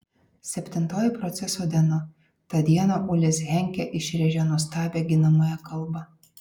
septintoji proceso diena tą dieną ulis henkė išrėžė nuostabią ginamąją kalbą